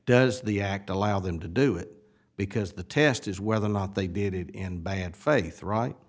does the act allow them to do it because the test is whether or not they did it in bad faith right